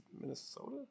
Minnesota